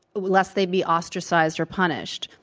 lest they be ostracized or punished.